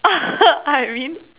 I mean